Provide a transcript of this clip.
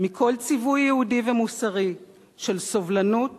מכל ציווי יהודי ומוסרי של סובלנות